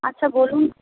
আচ্ছা বলুন